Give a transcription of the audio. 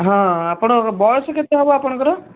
ହଁ ଆପଣଙ୍କର ବୟସ କେତେ ହେବ ଆପଣଙ୍କର